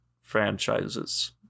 franchises